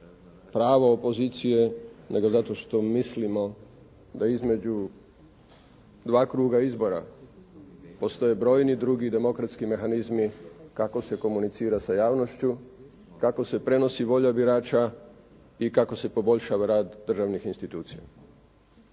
pravo opozicije nego zato što mislimo da između dva kruga izbora postoje brojni drugi demokratski mehanizmi kako se komunicira sa javnošću, kako se prenosi volja birača i kako se poboljšava rad državnih institucija